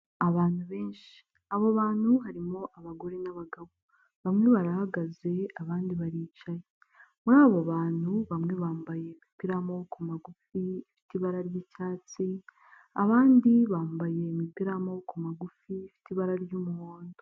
Abantu benshi abo bantu harimo abagore n'abagabo bamwe barahagaze abandi baricaye, muri abo bantu bamwe bambaye imipira y'amaboko magufi ifite ibara ry'icyatsi abandi bambaye imipira y'amaboko magufi ifite ibara ry'umuhondo.